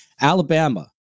Alabama